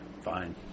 fine